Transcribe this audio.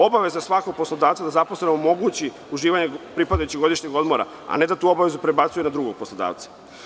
Obaveza svakog poslodavca je da zaposlenom omogući uživanje pripadajućeg godišnjeg odmora, a ne da tu obavezu prebacuje na drugog poslodavca.